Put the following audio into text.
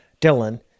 Dylan